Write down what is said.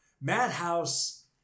Madhouse